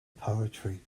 poetry